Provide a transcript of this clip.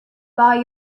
buy